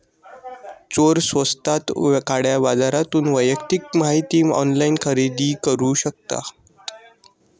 चोर स्वस्तात काळ्या बाजारातून वैयक्तिक माहिती ऑनलाइन खरेदी करू शकतात